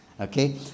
okay